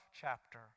chapter